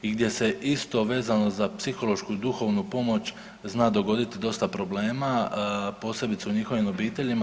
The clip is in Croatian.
I gdje se isto vezano za psihološku i duhovnu pomoć zna dogoditi dosta problema posebice u njihovim obiteljima.